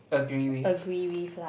agree with